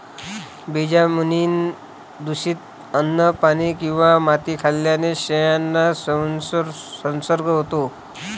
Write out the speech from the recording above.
बीजाणूंनी दूषित अन्न, पाणी किंवा माती खाल्ल्याने शेळ्यांना संसर्ग होतो